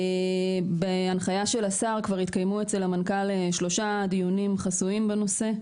אז בהנחיה של השר כבר התקיימו אצל המנכ״ל שלושה דיונים חסויים בנושא,